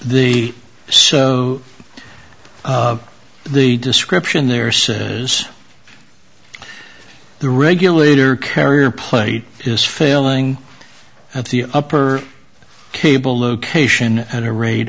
the so the description there is the regulator carrier plate is failing at the upper cable location at a rate